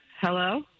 Hello